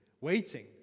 waiting